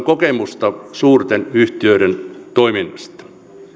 kokemusta suurten yhtiöiden toiminnasta